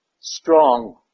strong